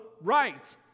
right